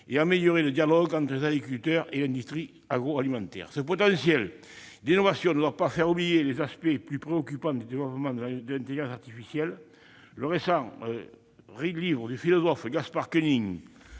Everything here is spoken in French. et à améliorer le dialogue entre les agriculteurs et l'industrie agroalimentaire. Ce potentiel d'innovation ne doit pas faire oublier les aspects plus préoccupants du développement de l'intelligence artificielle. Le livre récent du philosophe Gaspard Koenig,,